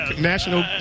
national